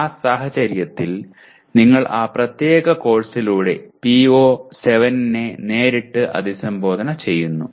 ആ സാഹചര്യത്തിൽ നിങ്ങൾ ആ പ്രത്യേക കോഴ്സിലൂടെ PO7 നേരിട്ട് അഭിസംബോധന ചെയ്യുന്നു